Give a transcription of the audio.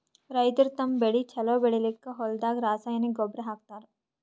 ರೈತರ್ ತಮ್ಮ್ ಬೆಳಿ ಛಲೋ ಬೆಳಿಲಿಕ್ಕ್ ಹೊಲ್ದಾಗ ರಾಸಾಯನಿಕ್ ಗೊಬ್ಬರ್ ಹಾಕ್ತಾರ್